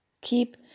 Keep